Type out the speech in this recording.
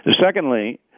Secondly